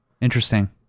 Interesting